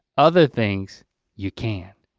other things you can.